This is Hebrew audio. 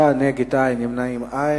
בעד, 7, נגד, אין, נמנעים, אין.